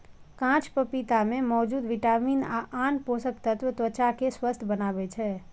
कांच पपीता मे मौजूद विटामिन आ आन पोषक तत्व त्वचा कें स्वस्थ बनबै छै